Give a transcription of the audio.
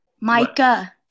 Micah